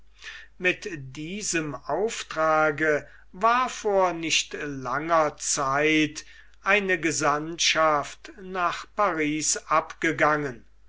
mit diesem auftrage war vor nicht langer zeit eine gesandtschaft nach paris abgegangen